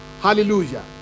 Hallelujah